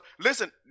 listen